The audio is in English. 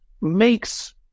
makes